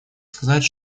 сказать